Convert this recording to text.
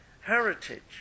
heritage